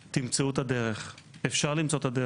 תמצאו את הדרך, אפשר למצוא את הדרך.